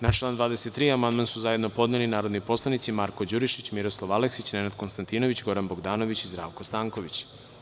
Na član 23. amandman su zajedno podneli su narodni poslanici Marko Đurišić, Miroslav Aleksić, Nenad Konstantinović, Goran Bogdanović i Zdravko Stanković.